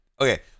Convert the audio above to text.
okay